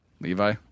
Levi